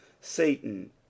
satan